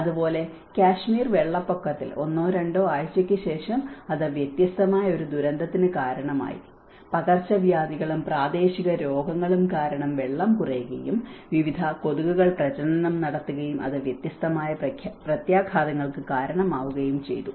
അതുപോലെ കാശ്മീർ വെള്ളപ്പൊക്കത്തിൽ ഒന്നോ രണ്ടോ ആഴ്ചയ്ക്ക് ശേഷം അത് വ്യത്യസ്തമായ ഒരു ദുരന്തത്തിന് കാരണമായി പകർച്ചവ്യാധികളും പ്രാദേശിക രോഗങ്ങളും കാരണം വെള്ളം കുറയുകയും വിവിധ കൊതുകുകൾ പ്രജനനം നടത്തുകയും അത് വ്യത്യസ്തമായ പ്രത്യാഘാതങ്ങൾക്ക് കാരണമാവുകയും ചെയ്തു